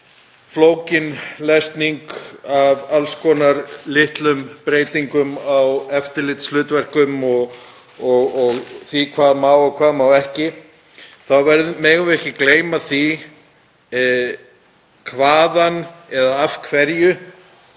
flókin lesning af alls konar litlum breytingum á eftirlitshlutverki og því hvað má og hvað má ekki þá megum við ekki gleyma því af hverju